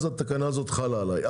אז התקנה הזאת חלה עליי.